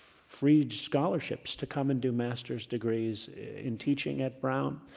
free scholarships to come and do master's degrees in teaching at brown.